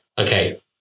okay